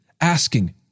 asking